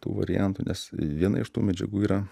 tų variantų nes viena iš tų medžiagų yra